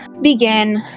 begin